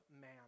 man